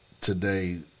today